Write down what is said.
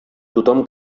tothom